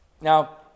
Now